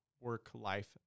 work-life